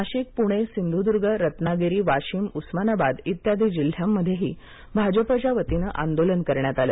नाशिक पुणे सिंधुदुर्गरत्नागिरी वाशीम उस्मानाबाद इत्यादी जिल्ह्यांमध्येही भाजपच्या वतीनं आंदोलन करण्यात आलं